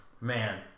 Man